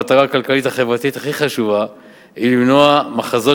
והמטרה הכלכלית-החברתית הכי חשובה היא למנוע מחזות